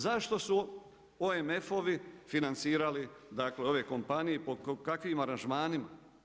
Zašto su OMF-ovi financirali, dakle, ove kompanije, po kakvim aranžmanima?